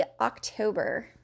October